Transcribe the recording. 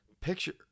picture